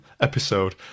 episode